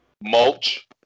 Mulch